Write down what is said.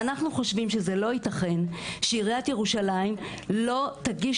ואנחנו חושבים שזה לא יתכן שעיריית ירושלים לא תגיש